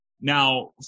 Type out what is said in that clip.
Now